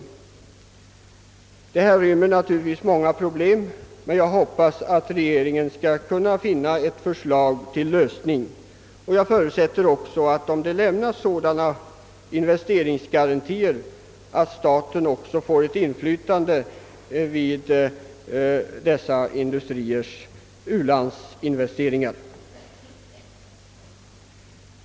Sådana garantier rymmer naturligtvis många problem, men jag hoppas att regeringen skall kunna finna en lösning, och jag förutsätter att, om sådana investeringsgarantier lämnas, staten också får inflytande vid dessa industriers u-landsinvesteringar.